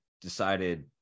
decided